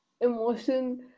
emotion